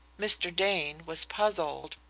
mr. dane was puzzled.